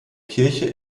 kirche